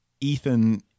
Ethan